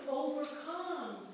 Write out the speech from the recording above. overcome